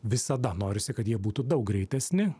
visada norisi kad jie būtų daug greitesni